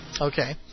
Okay